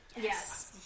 yes